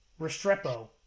Restrepo